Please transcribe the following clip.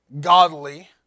godly